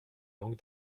longue